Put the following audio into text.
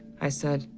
i said,